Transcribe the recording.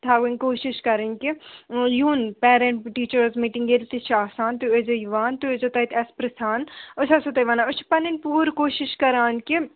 تھاوٕنۍ کوٗشِش کَرٕنۍ کہِ یُن پیرٮ۪نٛٹ ٹیٖچٲرٕز مِٹِنٛگ ییٚلہِ تہِ چھِ آسان تُہۍ ٲسۍزیو یِوان تُہۍ ٲسۍزیو تَتہِ اَسہِ پِرٛژھان أسۍ آسو تۄہہِ وَنان أسۍ چھِ پَنٕنۍ پوٗرٕ کوٗشِش کران کہِ